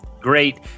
great